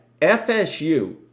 FSU